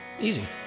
Easy